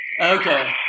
okay